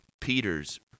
Peter's